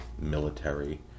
military